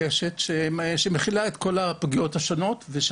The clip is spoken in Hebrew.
הקשת שמכילה את כל הפגיעות השונות כאשר